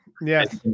Yes